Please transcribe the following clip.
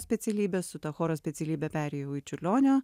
specialybę su ta choro specialybe perėjau į čiurlionio